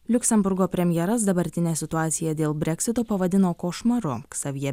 liuksemburgo premjeras dabartinę situaciją dėl breksito pavadino košmaru savyje